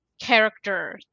character